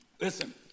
Listen